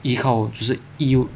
依靠就是